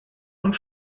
und